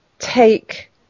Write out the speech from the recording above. take